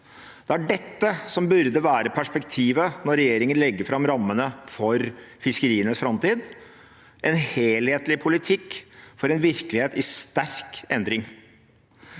Det er dette som burde være perspektivet når regjeringen legger fram rammene for fiskerienes framtid: en helhetlig politikk for en virkelighet i sterk endring.